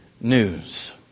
news